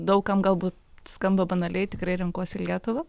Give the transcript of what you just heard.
daug kam galbūt skamba banaliai tikrai renkuosi lietuvą